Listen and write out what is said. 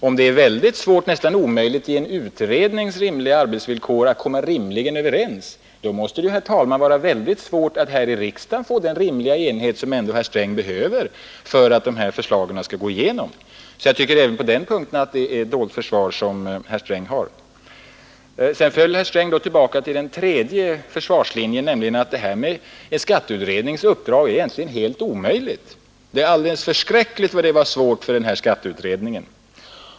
Om det är svårt, och nästan omöjligt, att under en utrednings arbetsvillkor komma överens, måste det, herr talman, vara ännu svårare att här i riksdagen få den enighet som herr Sträng ändå behöver för att förslagen skall gå igenom. Jag tycker att det även på den punkten är ett dåligt försvar som herr Sträng har. Sedan föll herr Sträng tillbaka till den tredje försvarslinjen, nämligen att skatteutredningens uppdrag egentligen är helt omöjligt. Det var alldeles förskräckligt vad uppgiften var svår för skatteutredningen!